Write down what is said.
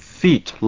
feet